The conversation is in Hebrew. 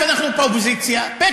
אנחנו באופוזיציה, ב.